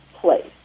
place